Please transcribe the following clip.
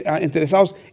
interesados